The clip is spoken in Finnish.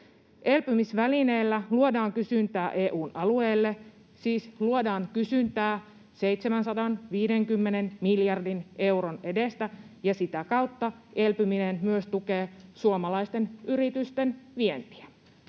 Elpymisvälineellä luodaan kysyntää EU:n alueelle, siis luodaan kysyntää 750 miljardin euron edestä, ja sitä kautta elpyminen myös tukee suomalaisten yritysten vientiä.